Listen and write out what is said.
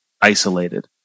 isolated